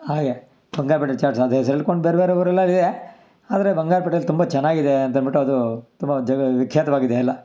ಹಾಗೆ ಬಂಗಾರಪೇಟೆ ಚಾಟ್ಸ್ ಅಂತ ಹೆಸರು ಹೇಳ್ಕೊಂಡು ಬೇರೆ ಬೇರೆ ಊರೆಲ್ಲ ಇದೆ ಆದರೆ ಬಂಗಾರಪೇಟೇಲಿ ತುಂಬ ಚೆನ್ನಾಗಿದೆ ಅಂತ ಅಂದ್ಬಿಟ್ಟು ಅದು ತುಂಬ ಜ ವಿಖ್ಯಾತವಾಗಿದೆ ಎಲ್ಲ